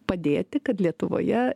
padėti kad lietuvoje